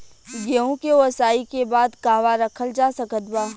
गेहूँ के ओसाई के बाद कहवा रखल जा सकत बा?